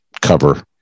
cover